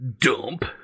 dump